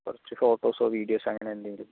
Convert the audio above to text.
കുറച്ച് ഫോട്ടോസോ വീഡിയോസോ അങ്ങനെ എന്തെങ്കിലും